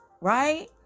right